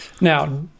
Now